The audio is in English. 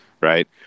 right